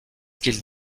qu’ils